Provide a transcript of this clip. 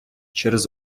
через